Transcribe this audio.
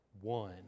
one